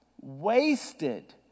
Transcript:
wasted